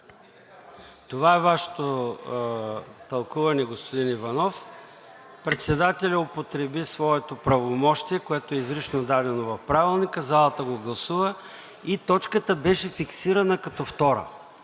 Това е Вашето тълкуване, господин Иванов. Председателят употреби своето правомощие, което е изрично дадено в Правилника, залата го гласува и точката беше фиксирана като втора.